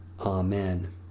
Amen